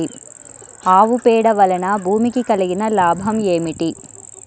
ఆవు పేడ వలన భూమికి కలిగిన లాభం ఏమిటి?